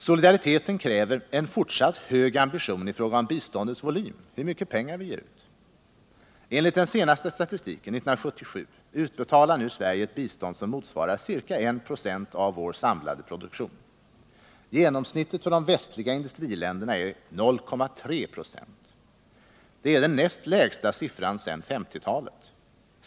Solidariteten kräver en fortsatt hög ambition i fråga om biståndets volym. Enligt den senaste statistiken — 1977 — utbetalar nu Sverige ett bistånd som motsvarar ca 1 96 av vår samlade produktion. Genomsnittet för de västliga industriländerna är 0,3 96. Det är den näst lägsta siffran sedan 1950-talet.